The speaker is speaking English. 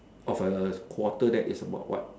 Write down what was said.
of a quarter that is about what